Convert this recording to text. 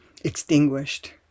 extinguished